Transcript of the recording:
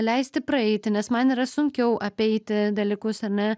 leisti praeiti nes man yra sunkiau apeiti dalykus ar ne